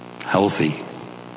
healthy